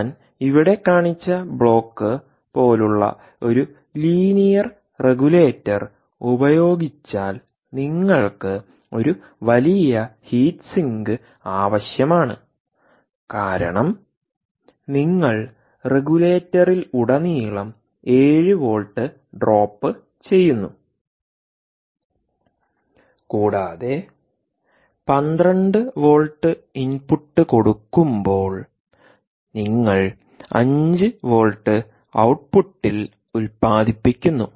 ഞാൻ ഇവിടെ കാണിച്ച ബ്ലോക്ക് പോലുള്ള ഒരു ലീനിയർ റെഗുലേറ്റർ ഉപയോഗിച്ചാൽ നിങ്ങൾക്ക് ഒരു വലിയ ഹീറ്റ് സിങ്ക് ആവശ്യമാണ് കാരണം നിങ്ങൾ റെഗുലേറ്ററിലുടനീളം 7 വോൾട്ട് ഡ്രോപ്പ് ചെയ്യുന്നു കൂടാതെ 12 വോൾട്ട് ഇൻപുട്ട് കൊടുക്കുമ്പോൾ നിങ്ങൾ 5 വോൾട്ട് ഔട്ട്പുട്ടിൽ ഉത്പാദിപ്പിക്കുന്നു